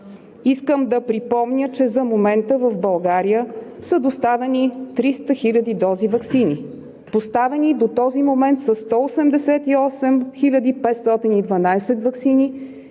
Искам да припомня, че за момента в България са доставени 300 000 дози ваксини. Поставени до този момент са 188 512 ваксини